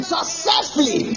Successfully